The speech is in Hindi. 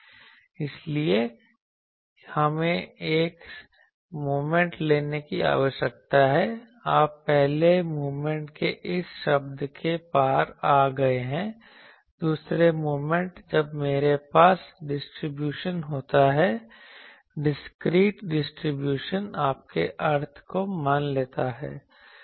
इसलिए इसीलिए हमें एक मोमेंट लेने की आवश्यकता है आप पहले मोमेंट के इस शब्द के पार आ गए हैं दूसरे मोमेंट जब मेरे पास डिस्ट्रीब्यूशन होता है डिस्क्रीट डिस्ट्रीब्यूशन आपके अर्थ को मान लेता है